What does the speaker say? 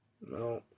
No